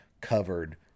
covered